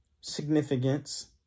significance